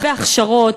בהכשרות,